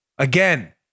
Again